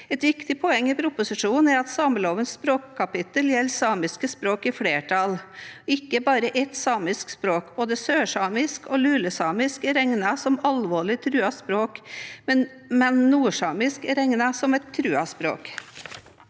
Et viktig poeng i proposisjonen er at samelovens språkkapittel gjelder samiske språk i flertall, ikke bare ett samisk språk. Både sørsamisk og lulesamisk er regnet som alvorlig truede språk, mens nordsamisk er regnet som et truet språk.